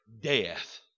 death